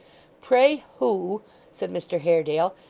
pray who said mr haredale,